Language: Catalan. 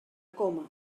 coma